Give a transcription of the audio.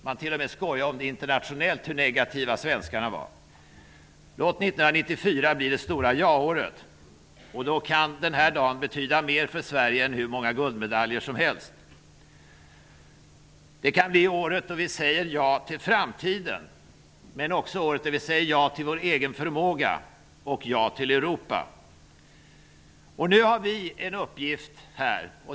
Man t.o.m. skojade internationellt om hur negativa svenskarna var. Låt 1994 bli det stora ja-året. Då kan denna dag betyda mer för Sverige än hur många guldmedaljer som helst. Detta kan bli året då vi säger ja till framtiden, men också året då vi säger ja till vår egen förmåga och ja till Europa. Nu har vi en uppgift.